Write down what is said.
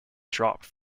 dropped